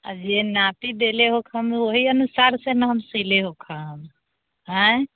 आओर जे नापी देलै हो हम ओहि अनुसारसँ ने हम सीले ओकरा हम आँय